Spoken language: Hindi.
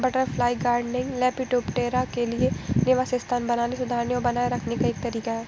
बटरफ्लाई गार्डनिंग, लेपिडोप्टेरा के लिए निवास स्थान बनाने, सुधारने और बनाए रखने का एक तरीका है